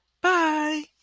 Bye